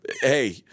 hey